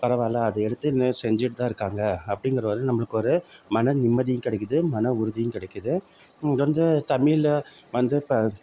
பரவாயில்ல அதை எடுத்து இன்னும் செஞ்சுட்டு தான் இருக்காங்க அப்படிங்கிற வரையிலும் நம்மளுக்கு ஒரு மன நிம்மதியும் கிடைக்கிது மன உறுதியும் கிடைக்கிது தமிழில் வந்து இப்போ